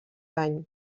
any